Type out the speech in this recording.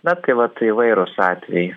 na tai vat tai įvairūs atvejai